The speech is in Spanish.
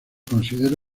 considera